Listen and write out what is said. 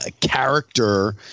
character